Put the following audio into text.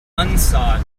unsought